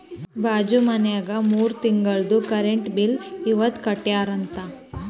ಬಾಜು ಮನ್ಯಾಗ ಮೂರ ತಿಂಗುಳ್ದು ಕರೆಂಟ್ ಬಿಲ್ ಇವತ್ ಕಟ್ಯಾರ ಅಂತ್